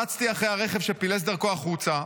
רצתי אחרי הרכב שפילס דרכו החוצה,